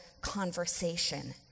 conversation